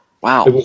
Wow